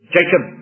Jacob